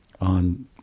on